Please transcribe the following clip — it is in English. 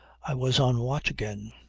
i was on watch again.